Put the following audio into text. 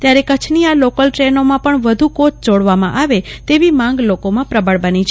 ત્યારે કચ્છની આ લોકલ ટ્રેનોમાં પણ વધુ કોય જોડવામાં આવે તેવી માંગ લોકોમાં પ્રબળ બની છે